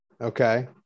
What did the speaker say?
okay